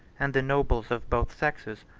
and the nobles of both sexes,